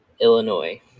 Illinois